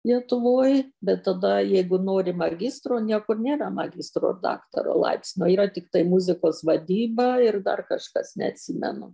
lietuvoj bet tada jeigu nori magistro niekur nėra magistro ar daktaro laipsnio yra tiktai muzikos vadyba ir dar kažkas neatsimenu